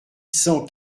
cent